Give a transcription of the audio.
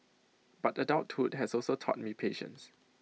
but adulthood has also taught me patience